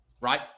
right